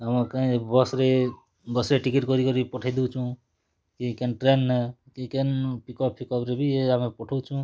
ଆମର କାଇଁ ବସ୍ରେ ବସ୍ରେ ଟିକେଟ୍ କରି କରି ପଠେଇ ଦୋଉଛୁ କି କେନ୍ ଟ୍ରେନ୍ରେ କି କେନ୍ ପିକ୍ଅପ୍ ଫିକ୍ଅପ୍ରେ ବି ଆମେ ପଠଉଛୁଁ